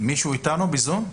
חשבתי שאפשר יהיה לעשות את זה בזום.